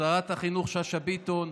שרת החינוך שאשא ביטון,